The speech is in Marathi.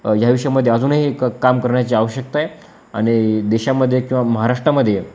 ह्या या विषययामध्ये अजूनही क काम करण्याची आवश्यकता आहे आणि देशामध्ये किंवा महाराष्ट्रामध्ये